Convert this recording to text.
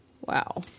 Wow